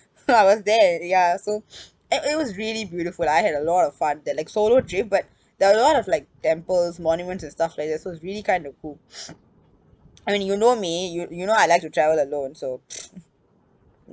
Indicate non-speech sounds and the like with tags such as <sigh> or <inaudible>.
!huh! I was there ya so <noise> and it was really beautiful I had a lot of fun that like solo trip but there are a lot of like temples monuments and stuff like that so it's really kind of cool <noise> and you know me you you know I like to travel alone so <noise>